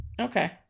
Okay